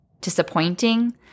disappointing